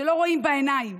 שלא רואים בעיניים,